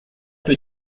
peu